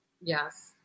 Yes